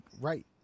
Right